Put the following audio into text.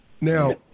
Now